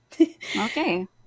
okay